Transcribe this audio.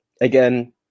Again